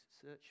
search